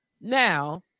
Now